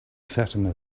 fatima